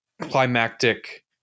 climactic